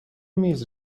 میز